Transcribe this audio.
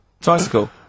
Tricycle